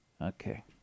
Okay